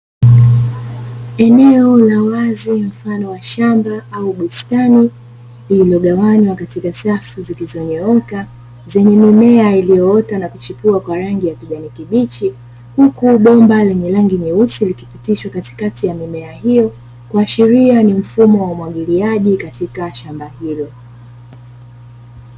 Eneo la wazi mfano wa shamba au bustani lililogawanywa katika safu zilizonyooka, zenye mimea iliyoota na kuchepua kwa rangi ya kijani kibichi. Huku bomba lenye rangi nyeusi likipitishwa katikati ya mimea hiyo, kuashiria ni mfumo wa umwagiliaji katika shamba hilo.